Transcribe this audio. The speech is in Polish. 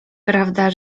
prawda